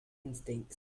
instincts